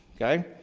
okay?